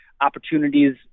opportunities